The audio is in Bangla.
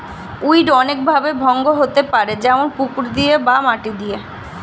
উইড অনেক ভাবে ভঙ্গ হতে পারে যেমন পুকুর দিয়ে বা মাটি দিয়ে